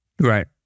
Right